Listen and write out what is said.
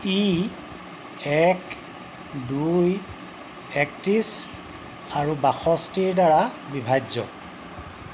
ই এক দুই একত্ৰিশ আৰু বাষষ্ঠিৰ দ্বাৰা বিভাজ্য